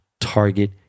target